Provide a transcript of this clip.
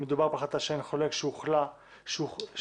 מדובר בהחלטה שאין חולק שהוחלט בטעות